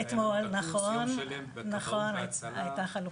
אתמול, יום שלם, בכבאות והצלה.